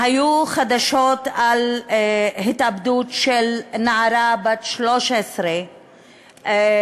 היו חדשות על התאבדות של נערה בת 13 לאחר